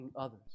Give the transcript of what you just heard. others